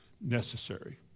necessary